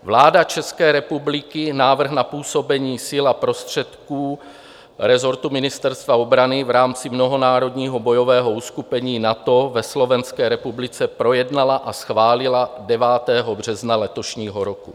Vláda České republiky návrh na působení sil a prostředků rezortu Ministerstva obrany v rámci mnohonárodního bojového uskupení NATO ve Slovenské republice projednala a schválila 9. března letošního roku.